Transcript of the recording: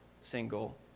single